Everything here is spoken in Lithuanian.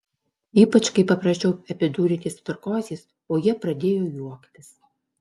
ypač kai paprašiau epidurinės narkozės o jie pradėjo juoktis